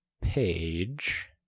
page